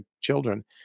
children